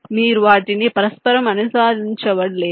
మీరు వాటిని పరస్పరం అనుసంధానించడం లేదు